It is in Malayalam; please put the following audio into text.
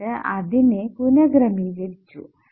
എന്നിട്ട് അതിനെ പുനഃക്രമീകരിച്ചു